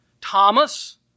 Thomas